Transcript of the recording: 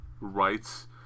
rights